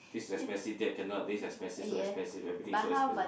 this expensive that cannot this expensive so expensive everything so expensive